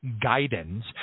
guidance